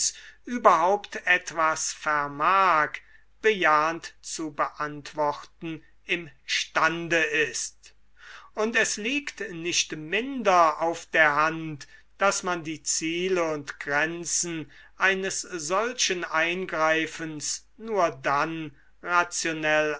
überhaupt etwas vermag bejahend zu beantworten im stände ist und es liegt nicht minder auf der hand daß man die ziele und grenzen eines solchen eingreifens nur dann rationell